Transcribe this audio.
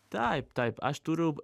taip taip aš turiu